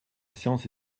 séance